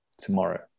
tomorrow